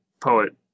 poet